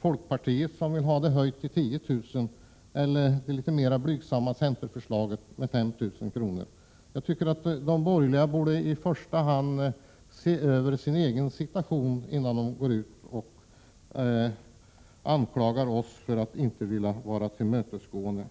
folkpartiet, som vill ha beloppet höjt till 10 000 kr., eller mot centern, med det litet mer blygsamma förslaget på 5 000 kr.? De borgerliga borde i första hand se över sin egen situation, innan de anklagar oss för att inte vilja vara tillmötesgående.